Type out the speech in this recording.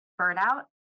burnout